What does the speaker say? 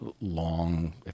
long